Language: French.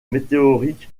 météorite